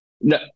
No